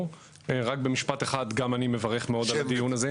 גם אני מברך מאוד על הדיון הזה.